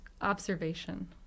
Observation